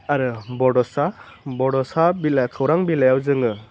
आरो बड'सा बड'सा बिलाइ खौरां बिलाइयाव जोङो